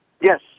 Yes